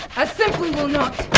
i simply will not!